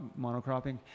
monocropping